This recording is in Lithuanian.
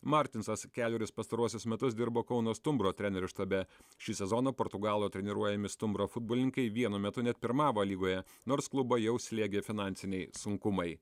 martinsas kelerius pastaruosius metus dirbo kauno stumbro trenerių štabe šį sezoną portugalo treniruojami stumbro futbolininkai vienu metu net pirmavo lygoje nors klubą jau slėgė finansiniai sunkumai